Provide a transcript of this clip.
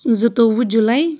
زٕ تووُہ جولاے